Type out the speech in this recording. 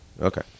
Okay